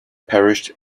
perished